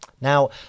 Now